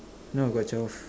no got twelve